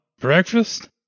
Breakfast